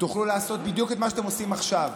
תוכלו לעשות בדיוק את מה שאתם עושים עכשיו.